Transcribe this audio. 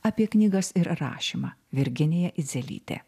apie knygas ir rašymą virginija idzelytė